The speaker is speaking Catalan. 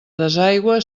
desaigüe